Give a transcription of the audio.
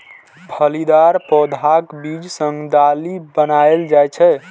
फलीदार पौधाक बीज सं दालि बनाएल जाइ छै